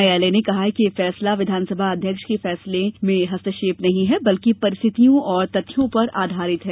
न्यायालय ने कहा कि ये फैसला विधानसंभा अध्यक्ष के फैसले में हस्तक्षेप नहीं है बल्कि परिस्थितियों और तथ्यों पर आधारित है